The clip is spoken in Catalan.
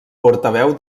portaveu